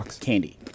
candy